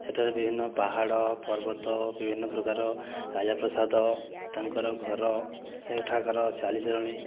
ସେଠାରେ ବିଭିନ୍ନ ପାହାଡ଼ ପର୍ବତ ବିଭିନ୍ନ ପ୍ରକାର ରାଜାପ୍ରାସାଦ ତାଙ୍କର ଘର ସେଠାକାର ଚାଲି ଚଳଣି